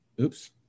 oops